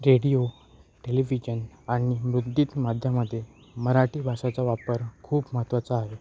radio television आणि वृद्धित माध्यमामध्ये मराठी भाषेचा वापर खूप महत्त्वाचा आहे